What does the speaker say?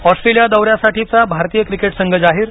Australia दौऱ्यासाठीचा भारतीय क्रिकेटसंघ जाहीर